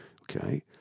Okay